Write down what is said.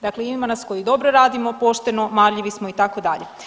Dakle, ima nas koji dobro radimo, pošteno, marljivi itd.